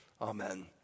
Amen